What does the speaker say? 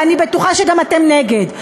ואני בטוחה שגם אתם נגד.